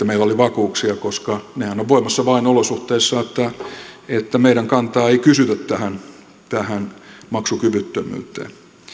meillä oli vakuuksia koska nehän ovat voimassa vain niissä olosuhteissa että meidän kantaamme ei kysytä tähän tähän maksukyvyttömyyteen